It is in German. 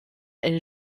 eine